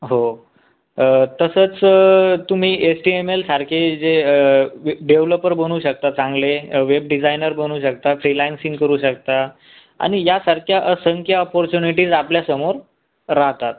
हो तसंच तुम्ही एस टी एम एलसारखे जे वे डेवलपर बनू शकता चांगले वेब डिजायनर बनू शकता फ्रीलायन्सिंग करू शकता आणि या सारख्या असंख्य अपॉर्च्युनिटीज आपल्यासमोर राहतात